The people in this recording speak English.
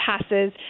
passes